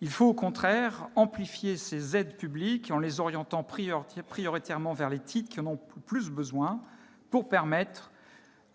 Il faut au contraire amplifier ces aides publiques, en les orientant prioritairement vers les titres qui en ont le plus besoin, pour permettre